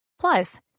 Plus